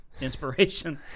inspiration